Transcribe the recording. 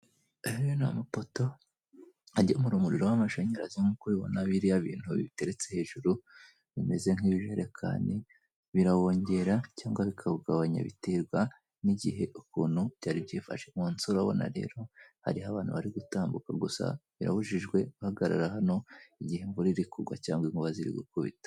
Aya ni amapoto agemura umuriro w'amashanyarazi. Nk'uko ubibona biriya bintu biteretse hejuru bimeze nk'ibijerekani birawongera cyangwa bikawugabanya, biterwa n'igihe ukuntu byari byifashe .Munsi urabona rero hariho abantu bari gutambuka, Gusa birabujijwe guhagarara hano mugihe imvura iri kugwa cyangwa inkuba ziri gukubita.